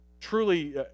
truly